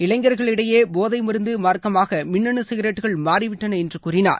இளைஞர்கள் இடையே போதை மருந்து மார்க்கமாக மின்னனு சிகிரெட்டுகள் மாறிவிட்டன என்று கூறினார்